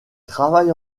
travaille